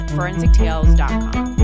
ForensicTales.com